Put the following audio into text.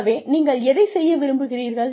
ஆகவே நீங்கள் எதை செய்ய விரும்புகிறீர்கள்